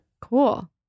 Cool